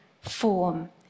form